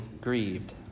grieved